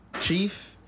Chief